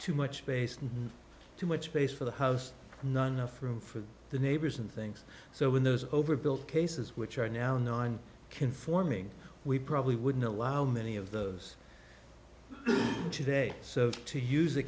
too much space and too much space for the house none from for the neighbors and things so when those over built cases which are now nine conforming we probably wouldn't allow many of those today so to use a